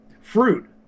fruit